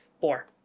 Four